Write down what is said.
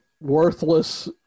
worthless